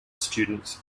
students